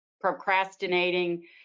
procrastinating